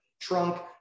trunk